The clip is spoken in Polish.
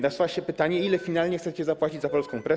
Nasuwa się pytanie: Ile finalnie chcecie zapłacić za Polska Press?